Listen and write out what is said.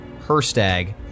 Herstag